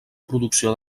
producció